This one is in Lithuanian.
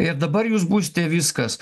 ir dabar jūs būsite viskas